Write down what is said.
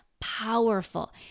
powerful